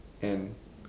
and